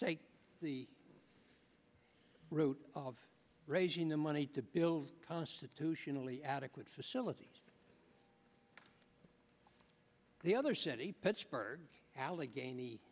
take the route of raising the money to build a constitutionally adequate facilities the other city pittsburgh allegheny